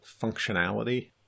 functionality